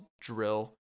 drill